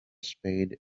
spade